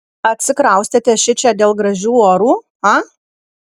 atsikraustėte šičia dėl gražių orų a